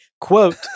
Quote